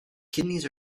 kidneys